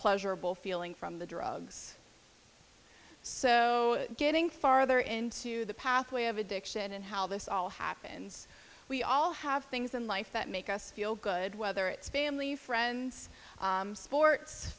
pleasurable feeling from the drugs so getting farther into the pathway of addiction and how this all happens we all have things in life that make us feel good whether it's family friends sports